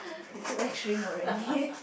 it took actually